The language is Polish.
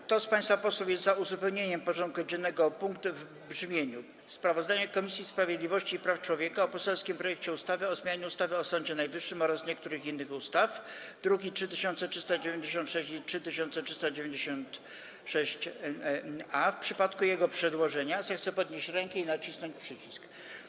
Kto z państwa posłów jest za uzupełnieniem porządku dziennego o punkt w brzmieniu: Sprawozdanie Komisji Sprawiedliwości i Praw Człowieka o poselskim projekcie ustawy o zmianie ustawy o Sądzie Najwyższym oraz niektórych innych ustaw, druki nr 3396 i 3396-A, w przypadku jego przedłożenia, zechce podnieść rękę i nacisnąć przycisk.